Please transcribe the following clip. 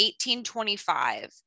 1825